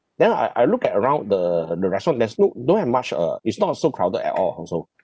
then I I look at around the the restaurant there's no don't have much uh it's not uh so crowded at all also